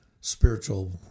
spiritual